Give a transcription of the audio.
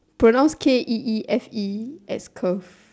pronounce k e e f e as curve